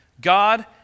God